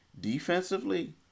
defensively